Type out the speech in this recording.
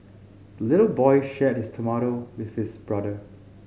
the little boy shared his tomato with his brother